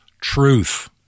truth